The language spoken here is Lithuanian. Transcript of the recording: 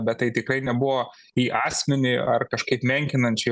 bet tai tikrai nebuvo į asmenį ar kažkaip menkinančiai